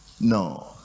no